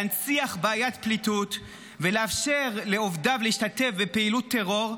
להנציח בעיית פליטות ולאפשר לעובדיו להשתתף בפעילות טרור,